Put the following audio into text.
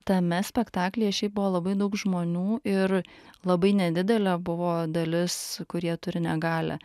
tame spektaklyje šiaip buvo labai daug žmonių ir labai nedidelė buvo dalis kurie turi negalią